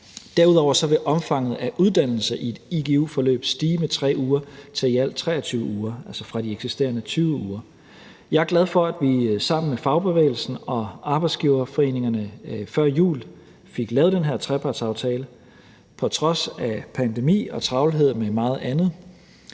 Derudover vil omfanget af uddannelser i et igu-forløb stige med 3 uger til i alt 23 uger, altså fra de eksisterende 20 uger. Jeg er glad for, at vi sammen med fagbevægelsen og arbejdsgiverforeningerne før jul fik lavet den her trepartsaftale på trods af en pandemi og travlhed med meget andet.